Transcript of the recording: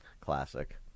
Classic